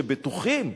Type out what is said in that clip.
שבטוחים,